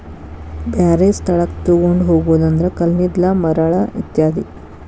ಬ್ಯಾರೆ ಸ್ಥಳಕ್ಕ ತುಗೊಂಡ ಹೊಗುದು ಅಂದ್ರ ಕಲ್ಲಿದ್ದಲ, ಮರಳ ಇತ್ಯಾದಿ